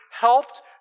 helped